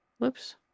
Whoops